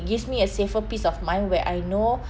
gives me a safer peace of mind where I know